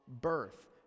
birth